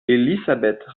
elisabeth